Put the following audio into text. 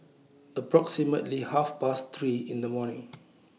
approximately Half Past three in The morning